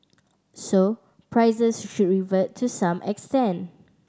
so prices should revert to some extent